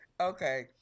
Okay